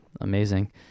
Amazing